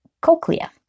cochlea